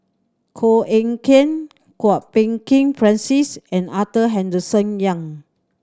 Koh Eng Kian Kwok Peng Kin Francis and Arthur Henderson Young